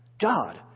God